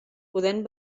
podent